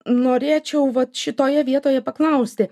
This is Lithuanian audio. norėčiau vat šitoje vietoje paklausti